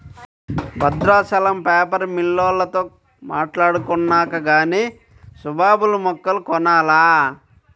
Bhadrachalam paper మిల్లోల్లతో మాట్టాడుకొన్నాక గానీ సుబాబుల్ మొక్కలు కొనాల